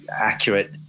accurate